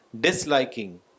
disliking